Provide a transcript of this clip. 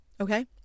Okay